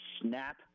snap